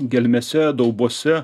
gelmėse daubose